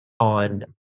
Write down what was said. on